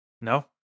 No